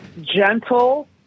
gentle